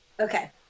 Okay